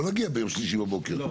לא להגיע ליום שלישי בבוקר.